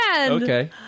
Okay